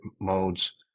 modes